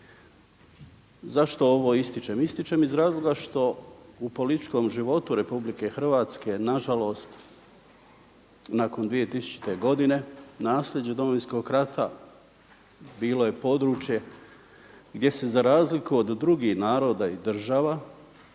Zašto ovo ističem? Ističem iz razloga što u političkom životu RH nažalost nakon 2000. godine nasljeđe Domovinskog rata bilo je područje gdje se za razliku od drugih naroda i država